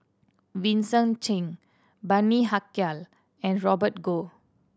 Vincent Cheng Bani Haykal and Robert Goh